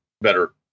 better